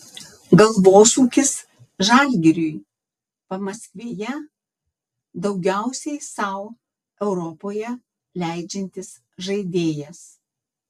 galvosūkis žalgiriui pamaskvėje daugiausiai sau europoje leidžiantis žaidėjas